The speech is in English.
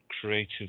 creative